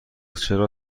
چرا